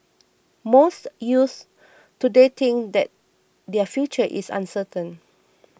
most youths today think that their future is uncertain